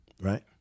Right